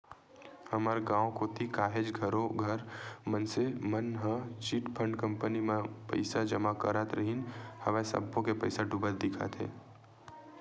हमर गाँव कोती काहेच घरों घर मनसे मन ह चिटफंड कंपनी मन म पइसा जमा करत रिहिन हवय सब्बो के पइसा डूबत दिखत हे